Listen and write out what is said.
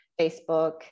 Facebook